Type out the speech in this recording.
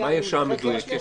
מהי השעה המדויקת?